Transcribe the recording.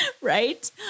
right